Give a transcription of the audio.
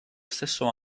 stesso